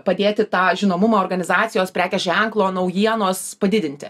padėti tą žinomumą organizacijos prekės ženklo naujienos padidinti